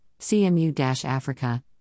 CMU-Africa